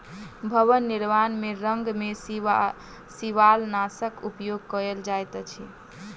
भवन निर्माण में रंग में शिवालनाशक उपयोग कयल जाइत अछि